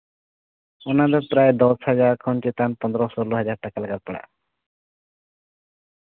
ᱚᱱᱟ ᱫᱚ ᱯᱨᱟᱭ ᱫᱚᱥ ᱦᱟᱡᱟᱨ ᱠᱷᱚᱱ ᱪᱮᱛᱟᱱ ᱯᱨᱟᱭ ᱯᱚᱱᱨᱚ ᱥᱳᱞᱞᱳ ᱦᱟᱡᱟᱨ ᱴᱟᱠᱟ ᱞᱮᱠᱟ ᱯᱟᱲᱟᱜᱼᱟ